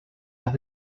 las